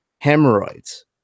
hemorrhoids